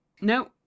No